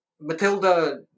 Matilda